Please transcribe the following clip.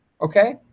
Okay